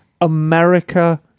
America